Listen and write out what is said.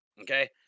Okay